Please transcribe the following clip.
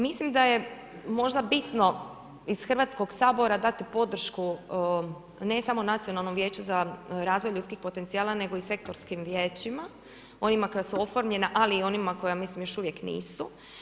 Mislim da je možda bitno iz Hrvatskog sabora dati podršku ne samo Nacionalnom vijeću za razvoj ljudskih potencijala nego i sektorskim vijećima onima koja su oformljena, ali i onima koja ja mislim još uvijek nisu.